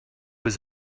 was